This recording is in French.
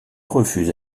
refuse